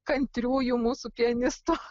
kantriųjų mūsų pianistų